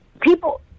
people